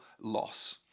loss